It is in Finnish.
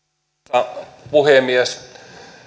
arvoisa puhemies